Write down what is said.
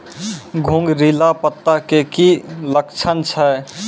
घुंगरीला पत्ता के की लक्छण छै?